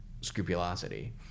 scrupulosity